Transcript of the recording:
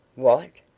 what?